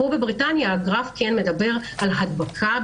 בבריטניה הגרף מדבר על הדבקה,